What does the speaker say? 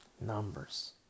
Numbers